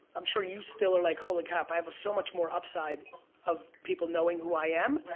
i'm sure you still are like, holy crap, i have so much more upside of people knowing who i am.